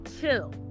chill